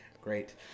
Great